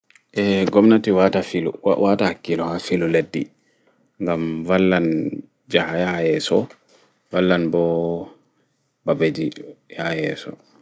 Eeeh gomnati waata hakkilo haa filu leɗɗi ngam wallan jaha yaha yeeso wallanɓo ɓaɓeji yaha yeeso